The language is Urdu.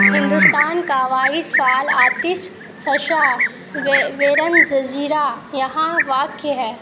ہندوستان کا واحد فال آتش فشاں ویرن جزیرہ یہاں واقع ہے